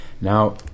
Now